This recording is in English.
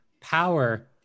Power